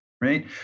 right